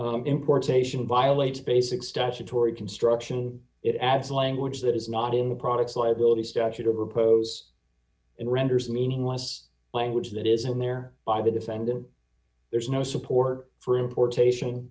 know importation violates basic structure torrie construction it adds language that is not in the products liability statute of repose and renders meaningless language that isn't there by the defendant there is no support for importation